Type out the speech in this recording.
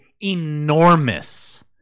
enormous